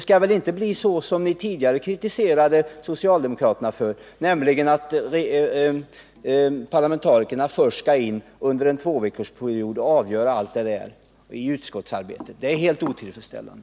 Skall det bli så som ni påstod att det var under den socialdemokratiska regeringens tid, nämligen att parlamentarikerna kom med i bilden först under en tvåveckorsperiod i samband med det avgörande utskottsarbetet? Det är i så fall helt otillfredsställande.